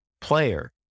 player